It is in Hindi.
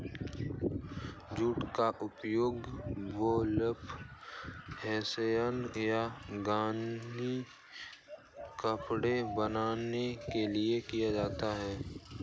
जूट का उपयोग बर्लैप हेसियन या गनी कपड़ा बनाने के लिए किया जाता है